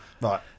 Right